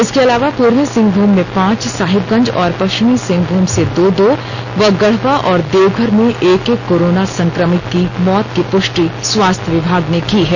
इसके अलावा पूर्वी सिंहभूम में पांच साहेबगंज और पश्चिमी सिंहभूम से दो दो व गढ़वा और देवघर में एक एक कोरोना संक्रमित के मौत की पुष्टि स्वास्थ्य विभाग ने की है